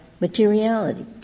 materiality